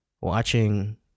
Watching